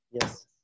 Yes